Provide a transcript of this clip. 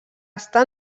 estar